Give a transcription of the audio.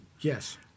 Yes